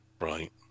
right